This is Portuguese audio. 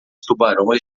tubarões